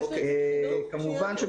כמובן,